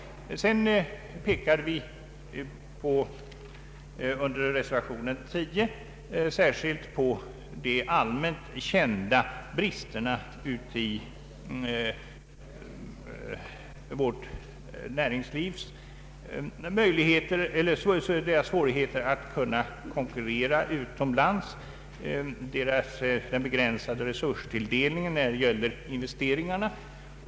I reservationen 10 pekar vi särskilt på de allmänt kända svårigheterna för vårt näringsliv att kunna konkurrera utomlands och den begränsade resurstilldelningen när det gäller investeringar.